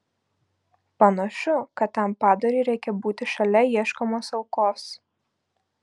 panašu kad tam padarui reikia būti šalia ieškomos aukos